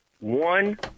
One